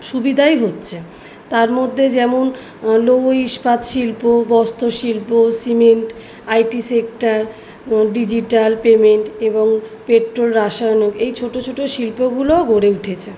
সুবিধাই হচ্ছে তার মধ্যে যেমন লৌহ ইস্পাত শিল্প বস্ত্র শিল্প সিমেন্ট আই টি সেক্টার ও ডিজিটাল পেমেন্ট এবং পেট্রো রাসায়নিক এই ছোটো ছোটো শিল্পগুলো গড়ে উঠেছে